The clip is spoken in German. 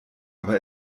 aber